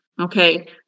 Okay